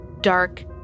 dark